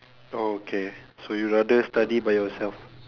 oh okay so you would rather study by yourself